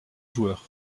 joueurs